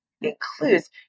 includes